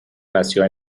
nació